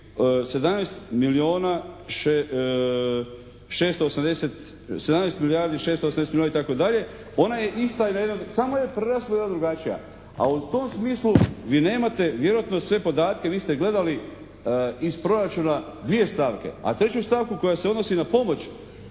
17 milijardi 680 milijuna itd. Ona je ista, samo je preraspodjela drugačija. A u tom smislu vi nemate vjerojatno sve podatke, vi ste gledali iz proračuna dvije stavke a treću stavku koja se odnosi na pomoć